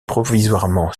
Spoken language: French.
provisoirement